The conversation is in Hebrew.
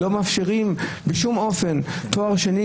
אבל לא מאפשרים בשום אופן תואר שני,